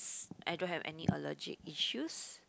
I don't have any allergic issues